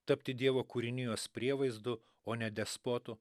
tapti dievo kūrinijos prievaizdu o ne despotu